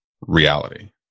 reality